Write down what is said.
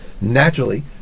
naturally